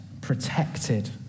protected